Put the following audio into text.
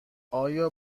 آیا